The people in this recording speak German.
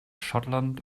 schottland